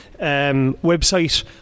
website